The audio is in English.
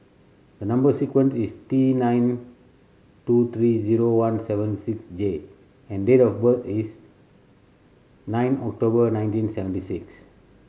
the number sequence is T nine two three zero one seven six J and date of birth is nine October nineteen seventy six